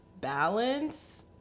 balance